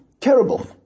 terrible